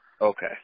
Okay